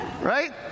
right